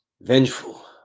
vengeful